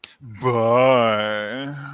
Bye